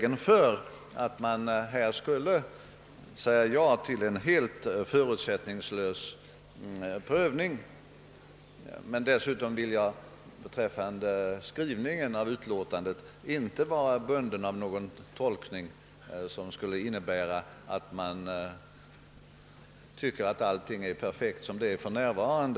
Jag är därför böjd för att säga ja till en helt förutsättningslös prövning, men dessutom vill jag beträffande skrivningen av utlåtandet inte vara bunden av någon tolkning som innebär att allting rörande utskottsarbetet är perfekt för närvarande.